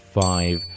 five